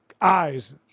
Eyes